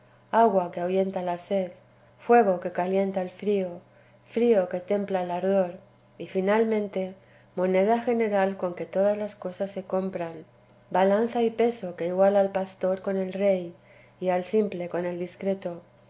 agua que ahuyenta la sed fuego que calienta el frío frío que templa el ardor y finalmente moneda general con que todas las cosas se compran balanza y peso que iguala al pastor con el rey y al simple con el discreto